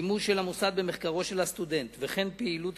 שימוש של המוסד במחקרו של הסטודנט וכן פעילות